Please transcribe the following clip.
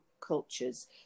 cultures